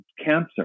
cancer